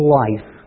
life